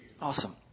Awesome